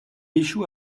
échoue